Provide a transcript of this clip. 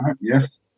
yes